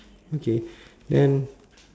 okay then